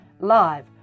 live